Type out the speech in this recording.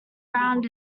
round